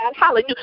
hallelujah